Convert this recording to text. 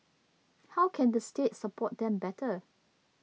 how can the state support them better